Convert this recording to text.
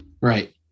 Right